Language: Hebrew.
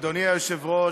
אדוני היושב-ראש.